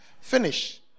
finish